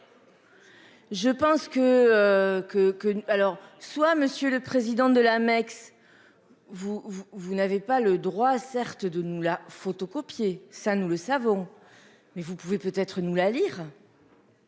que. Que que. Alors, soit monsieur le président de l'Amex. Vous, vous n'avez pas le droit, certes de nous la photocopier, ça nous le savons mais vous pouvez peut être nous la lire.